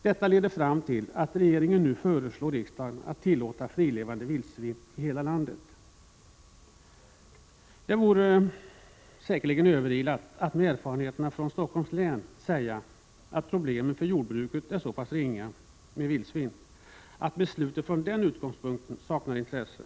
Detta leder fram till att regeringen nu föreslår riksdagen att tillåta frilevande vildsvin i hela landet. Det vore säkerligen överilat att med erfarenheterna från Stockholms län säga att problemen med vildsvin för jordbruket är så ringa att beslutet från den utgångspunkten saknar intresse.